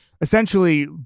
essentially